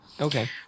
Okay